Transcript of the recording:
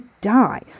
die